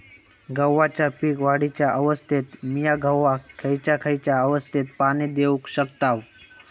गव्हाच्या पीक वाढीच्या अवस्थेत मिया गव्हाक खैयचा खैयचा अवस्थेत पाणी देउक शकताव?